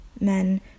Men